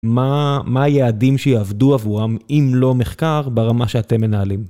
מה, מה היעדים שיעבדו עבורם אם לא מחקר ברמה שאתם מנהלים.